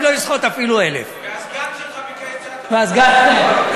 לא אסחט אפילו 1,000. והסגן שלך ביקש 9,000. לא חשוב.